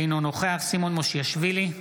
אינו נוכח סימון מושיאשוילי,